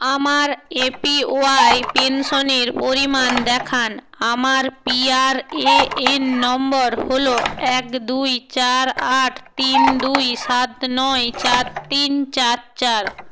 আমার এপিওয়াই পেনশনের পরিমাণ দেখান আমার পিআরএএন নম্বর হল এক দুই চার আট তিন দুই সাত নয় চার তিন চার চার